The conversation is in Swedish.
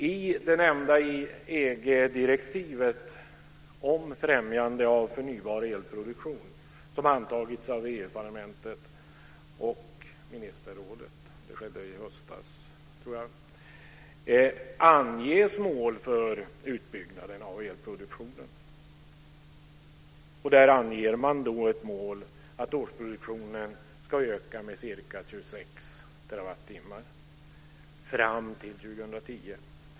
I det nämnda EG-direktivet om främjande av förnybar elproduktion, som antagits av EU-parlamentet och ministerrådet - det skedde i höstas, tror jag - anges mål för utbyggnaden av elproduktionen. Man anger där ett mål att årsproduktionen ska öka med ca 26 terawattimmar fram till 2010.